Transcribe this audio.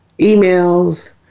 emails